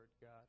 God